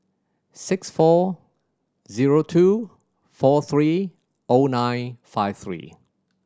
six four zero two four three O nine five three